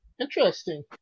interesting